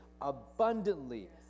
abundantly